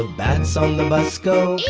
ah bats on the bus go,